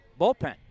bullpen